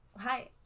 hi